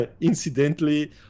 incidentally